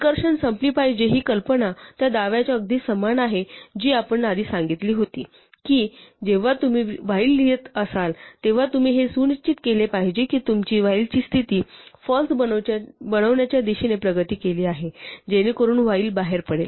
रिकर्षण संपली पाहिजे ही कल्पना त्या दाव्याच्या अगदी समान आहे जी आपण आधी सांगितली होती की जेव्हा तुम्ही व्हाईल लिहित असाल तेव्हा तुम्ही हे सुनिश्चित केले पाहिजे की तुम्ही व्हाईलची स्थिती फाल्स बनवण्याच्या दिशेने प्रगती केली आहे जेणेकरून व्हाईल बाहेर पडेल